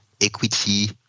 equity